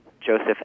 Joseph